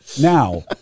Now